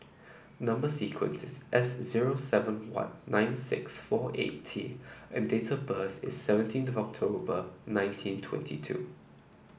number sequence is S zero seven one nine six four eight T and date of birth is seventeen of October nineteen twenty two